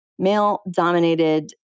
male-dominated